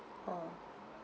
oh